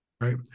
right